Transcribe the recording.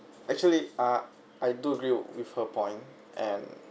actually ah I do agree with her point and